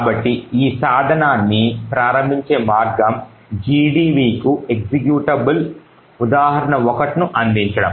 కాబట్టి ఈ సాధనాన్ని ప్రారంభించే మార్గం gdbకు ఎక్జిక్యూటబుల్ ఉదాహరణ1ను అందించడం